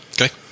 Okay